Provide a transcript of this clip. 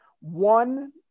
one